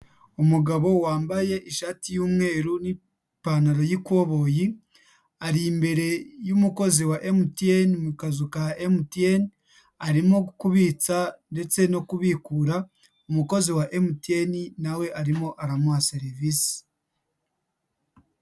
Umugabo wambaye ishati y'umweru n'ipantaro y'ikoboyi, ari imbere y'umukozi wa MTN mu kazu ka MTN, arimo kubitsa ndetse no kubikura, umukozi wa MTN na we arimo aramuha serivisi.